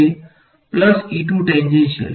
plus tangential